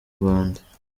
rwanda